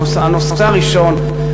הנושא הראשון,